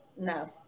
No